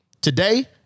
Today